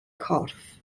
corff